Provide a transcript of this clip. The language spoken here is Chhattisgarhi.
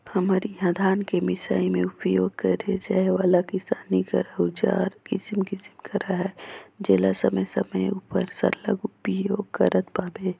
हमर इहा धान कर मिसई मे उपियोग करे जाए वाला किसानी कर अउजार किसिम किसिम कर अहे जेला समे समे उपर सरलग उपियोग करत पाबे